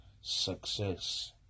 success